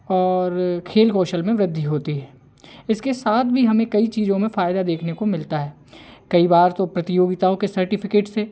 और खेल कौशल में वृद्धि होती है इसके साथ भी हमें कई चीजों में फायदा देखने को मिलता है कई बार तो प्रतियोगिताओं के सर्टिफिकेट से